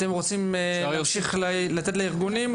אתם רוצים להמשיך תת לארגונים,